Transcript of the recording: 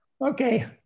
Okay